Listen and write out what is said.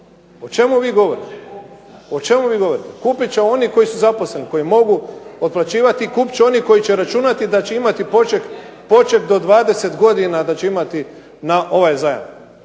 O čemu vi govorite? Kupit će oni koji su zaposleni, koji mogu otplaćivati. Kupit će oni koji će računati da će imati poček do 20 godina, da će